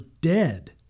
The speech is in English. dead